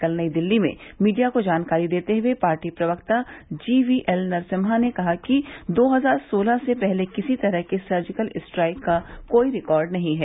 कल नई दिल्ली में मीडिया को जानकारी देते हुए पार्टी प्रवक्ता जी वीएल नरसिम्हा ने कहा कि दो हजार सोलह से पहले किसी तरह के सर्जिकल स्ट्राइक का कोई रिकार्ड नहीं है